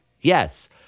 Yes